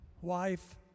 wife